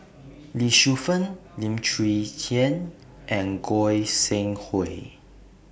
Lee Shu Fen Lim Chwee Chian and Goi Seng Hui